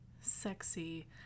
sexy